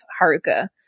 Haruka